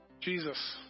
Jesus